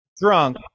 drunk